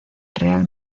real